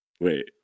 Wait